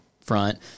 front